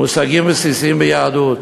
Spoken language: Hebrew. מושגים בסיסיים ביהדות